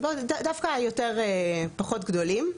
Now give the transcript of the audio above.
דווקא הפחות גדולים.